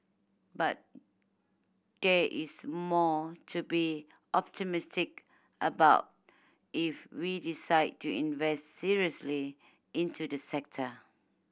but there is more to be optimistic about if we decide to invest seriously into this sector